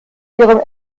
ihren